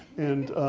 and